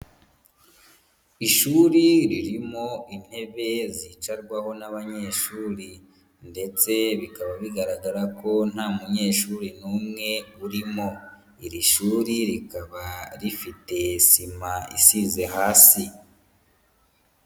Ishuri ririmo intebe zicarwaho n'abanyeshuri. Ndetse bikaba bigaragara ko nta munyeshuri n'umwe urimo. Iri shuri rikaba rifite sima isize hasi.